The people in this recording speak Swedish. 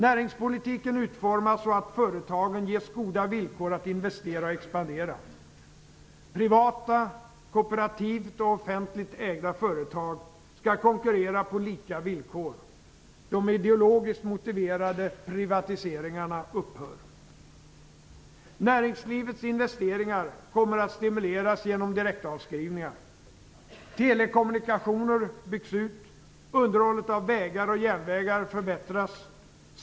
Näringspolitiken utformas så att företagen ges goda villkor att investera och expandera. Privata, kooperativt och offentligt ägda företag skall konkurrera på lika villkor. De ideologiskt motiverade privatiseringarna upphör. Näringslivets investeringar kommer att stimuleras genom direktavskrivningar. Telekommunikationer byggs ut. Underhållet av vägar och järnvägar förbättras.